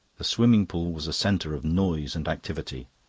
the swimming-pool was a centre of noise and activity.